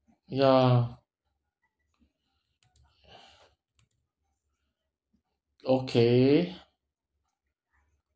ya okay